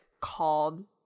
called